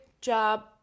job